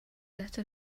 letter